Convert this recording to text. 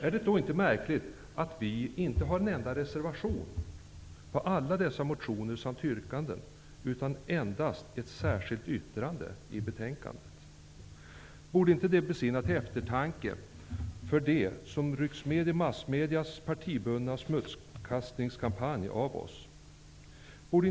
Är det då inte märkligt att vi inte har en enda reservation på alla dessa motioner och yrkanden, utan endast ett särskilt yttrande i betänkandet? Borde det inte besinna dem till eftertanke som rycks med i massmedias partibundna smutskastningskampanj av Ny demokrati?